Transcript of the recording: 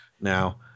Now